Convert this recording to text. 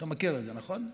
אתה מכיר את זה, נכון?